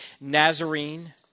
Nazarene